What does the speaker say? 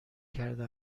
کرده